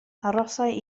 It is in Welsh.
arhosai